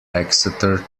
exeter